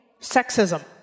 sexism